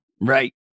right